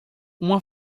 uma